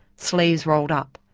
sleeves rolled up,